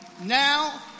now